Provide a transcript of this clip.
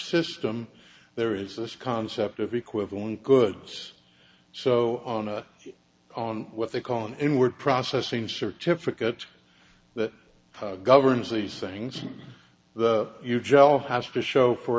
system there is this concept of equivalent goods so on a on what they call an inward processing certificate that governs these things that you